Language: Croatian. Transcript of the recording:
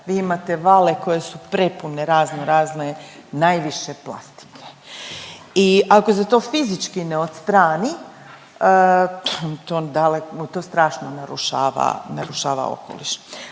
vi imate vale koje su prepune razno razne, najviše plastike. I ako se to fizički ne odstrani, to strašno narušava, narušava